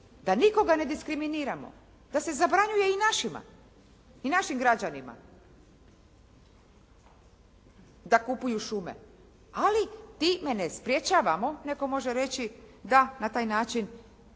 da nikoga ne diskriminiramo da se zabranjuje i našim građanima da kupuju šume, ali time ne sprječavamo netko može reći da na taj način